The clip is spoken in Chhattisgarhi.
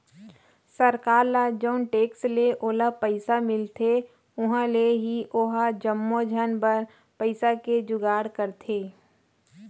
सरकार ल जउन टेक्स ले ओला पइसा मिलथे उहाँ ले ही ओहा जम्मो झन बर पइसा के जुगाड़ करथे